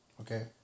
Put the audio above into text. Okay